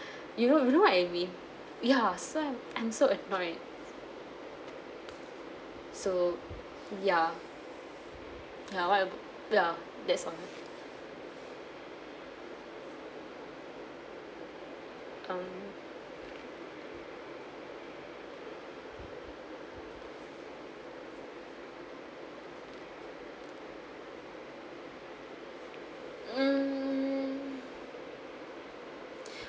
you know you know why I angry ya so I'm I'm so annoyed so ya ya what I ya that's all um mm